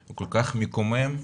כל כך מקומם,